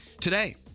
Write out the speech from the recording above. today